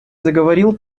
заговорил